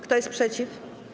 Kto jest przeciw?